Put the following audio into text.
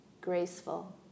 graceful